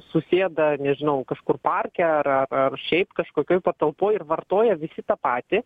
susėda nežinau kažkur parke ar ar ar šiaip kažkokioj patalpoj ir vartoja visi tą patį